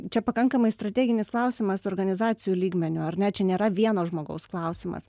čia pakankamai strateginis klausimas organizacijų lygmeniu ar ne čia nėra vieno žmogaus klausimas